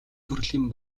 төрлийн